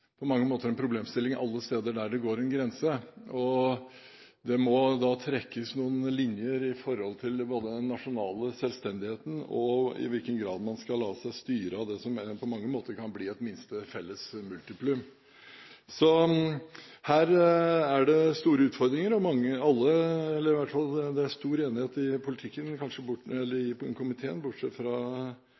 på mange måter en problemstilling alle steder hvor det går en grense. Det må da trekkes noen linjer knyttet til både den nasjonale selvstendigheten og i hvilken grad man skal la seg styre av det som på mange måter kan bli et minste felles multiplum. Så her er det store utfordringer. Det er stor enighet i komiteen, med unntak av Fremskrittspartiet, om at avgiftspolitikken vår er en viktig del av folkehelsepolitikken. Sånn sett er grensehandelen en stor utfordring. Når komiteen